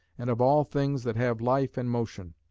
and of all things that have life and motion.